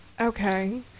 Okay